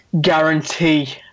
guarantee